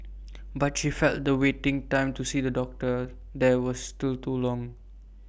but she felt the waiting time to see A doctor there was still too long